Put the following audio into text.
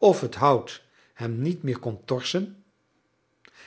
of het hout hem niet meer kon torsen